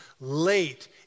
Late